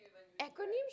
acronyms